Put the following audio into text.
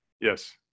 Yes